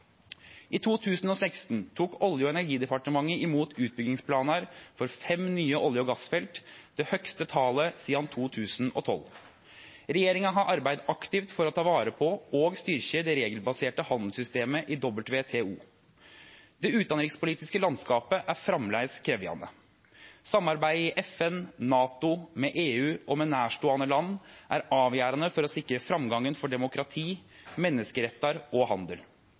I 2016 tok Olje- og energidepartementet imot utbyggingsplanar for fem nye olje- og gassfelt, det høgaste talet sidan 2012. Regjeringa har arbeidd aktivt for å ta vare på og styrkje det regelbaserte handelssystemet i WTO. Det utanrikspolitiske landskapet er framleis krevjande. Samarbeidet i FN, NATO, med EU og med nærståande land er avgjerande for å sikre framgangen for demokrati, menneskerettar og handel.